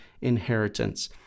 inheritance